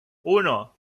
uno